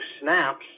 snaps